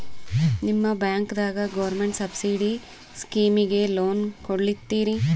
ನಿಮ ಬ್ಯಾಂಕದಾಗ government subsidy ಸ್ಕೀಮಿಗಿ ಲೊನ ಕೊಡ್ಲತ್ತೀರಿ?